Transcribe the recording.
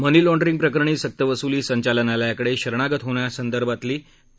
मनी लाँड्रींगप्रकरणी सक्तवसुली संचालनालयाकडे शरणागत होण्यासंबंधातली पी